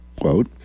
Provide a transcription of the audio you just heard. quote